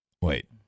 Wait